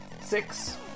Six